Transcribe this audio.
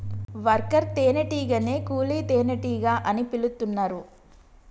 worker తేనే టీగనే కూలీ తేనెటీగ అని పిలుతున్నరు